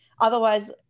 Otherwise